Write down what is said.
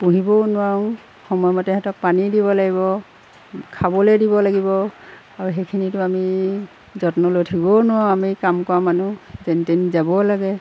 পুহিবও নোৱাৰোঁ সময়মতে সেহেঁতক পানী দিব লাগিব খাবলৈ দিব লাগিব আৰু সেইখিনিতো আমি যত্ন লৈ থাকিবও নোৱাৰোঁ আমি কাম কৰা মানুহ যেনি তেনি যাবও লাগে